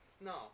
No